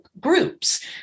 groups